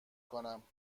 کنم